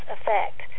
effect